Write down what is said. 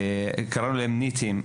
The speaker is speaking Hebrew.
קראנו להם ניטים.